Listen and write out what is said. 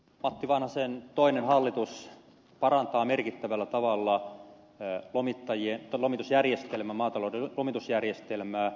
matti vanhasen toinen hallitus parantaa merkittävällä tavalla maatalouden lomitusjärjestelmää